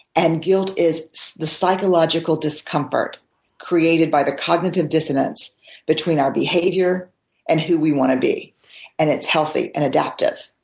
and guilt is the psychological discomfort created by the cognitive dissonance between our behavior and who we want to be and it's healthy and adaptive.